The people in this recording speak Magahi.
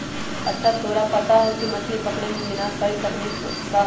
अच्छा तोरा पता है मछ्ली पकड़े में विनाशकारी तकनीक का होबा हई?